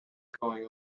going